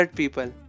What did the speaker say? people